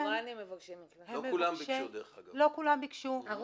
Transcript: לא כולם ביקשו, דרך אגב.